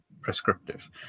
prescriptive